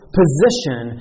position